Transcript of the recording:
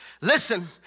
listen